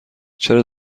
چرا